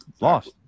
Lost